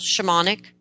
shamanic